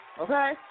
okay